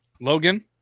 Logan